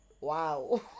Wow